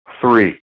three